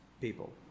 people